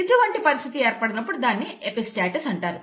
ఇటువంటి పరిస్థితి ఏర్పడినప్పుడు దానిని ఎపిస్టాసిస్ అంటారు